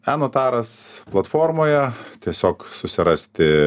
enotaras platformoje tiesiog susirasti